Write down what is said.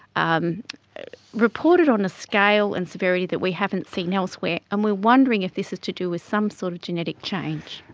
um reported on a scale and severity that we haven't seen elsewhere, and we are wondering if this is to do with some sort of genetic change.